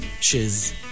shiz